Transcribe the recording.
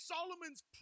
Solomon's